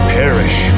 perish